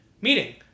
meeting